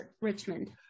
Richmond